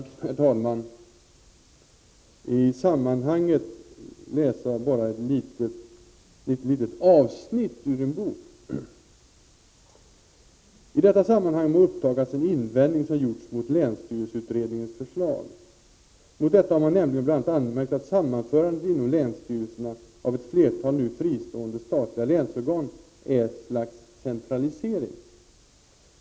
Får jag i sammanhanget läsa upp ett litet avsnitt ur en bok: ”I detta sammanhang må upptagas en invändning, som gjorts mot länsstyrelseutredningens förslag. Mot detta har man nämligen bl.a. anmärkt, att sam manförandet inom länsstyrelserna av ett flertal nu fristående statliga länsorgan är ett slags centralisering.